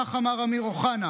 כך אמר אמיר אוחנה.